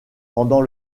pendant